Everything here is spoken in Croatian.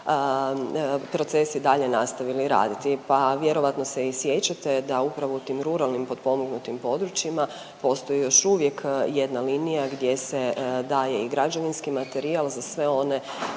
procesi dalje nastavili raditi, pa vjerojatno se i sjećate da upravo u tim ruralnim potpomognutim područjima postoji još uvijek jedna linija gdje se daje i građevinski materijal za sve one